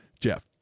Jeff